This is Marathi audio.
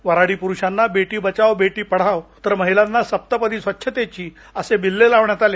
वऱ्हाडी पुरुषांना बेटी बचाव बेटी पढाओ तर महिलांना सप्तपदी स्वछ्तेची असे बिल्ले लावण्यात आले